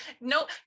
no